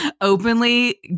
openly